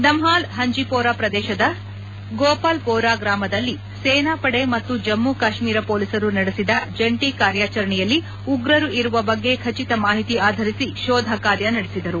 ದಮ್ನಾಲ್ ಹಂಜಿಮೋರಾ ಪ್ರದೇಶದ ಗೋಪಾಲ್ ಸೋರಾ ಗ್ರಾಮದಲ್ಲಿ ಸೇನಾಪಡೆ ಮತ್ತು ಜಮ್ಮ ಕಾಶ್ಮೀರ ಮೊಲೀಸರು ನಡೆಸಿದ ಜಂಟಿ ಕಾರ್ಯಾಚರಣೆಯಲ್ಲಿ ಉಗ್ರರು ಇರುವ ಬಗ್ಗೆ ಖಟಿತ ಮಾಹಿತಿ ಆಧರಿಸಿ ಶೋಧ ಕಾರ್ಯ ನಡೆಸಿದರು